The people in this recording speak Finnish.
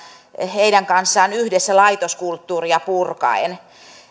heidän kanssaan yhdessä laitoskulttuuria purkaen